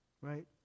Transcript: Right